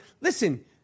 listen